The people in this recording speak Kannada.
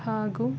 ಹಾಗೂ